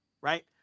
right